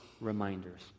reminders